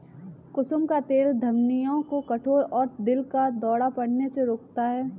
कुसुम का तेल धमनियों को कठोर और दिल का दौरा पड़ने से रोकता है